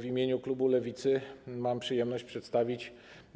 W imieniu klubu Lewicy mam przyjemność przedstawić